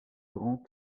grant